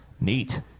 Neat